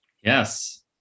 Yes